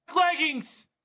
leggings